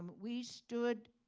we stood